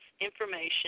information